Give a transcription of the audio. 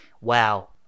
Wow